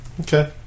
Okay